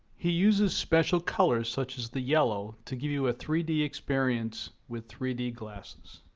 he uses special colors such as the yellow to give you a three d experience with three d glasses.